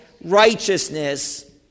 righteousness